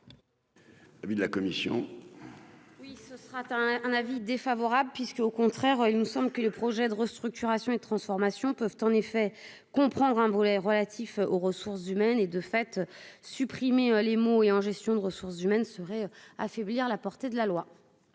Oui, ce sera atteint un avis défavorable puisque, au contraire, il me semble que le projet de restructuration et de transformation, peuvent en effet comprendre un volet relatif aux ressources humaines et de fait. Supprimer les mots et en gestion de ressource humaine serait affaiblir la portée de la loi.